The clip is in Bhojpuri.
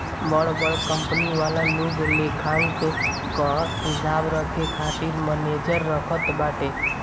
बड़ बड़ कंपनी वाला लोग लेखांकन कअ हिसाब रखे खातिर मनेजर रखत बाटे